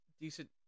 decent